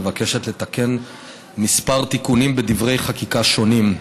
מבקשת לתקן כמה תיקונים בדברי חקיקה שונים.